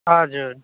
हजुर